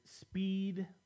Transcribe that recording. Speed